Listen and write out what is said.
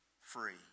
free